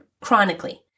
chronically